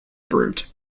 brute